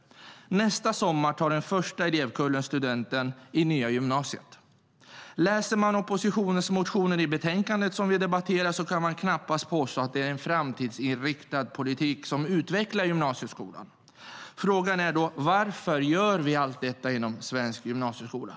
Nästa sommar tar den första elevkullen studenten i nya gymnasiet. Läser man oppositionens motioner kan man knappast påstå att det är en framtidsinriktad politik som utvecklar gymnasiet. Frågan är då: Varför vi gör allt detta inom svensk gymnasieskola?